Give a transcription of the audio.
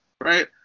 Right